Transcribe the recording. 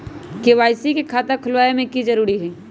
KYC के खाता खुलवा में की जरूरी होई?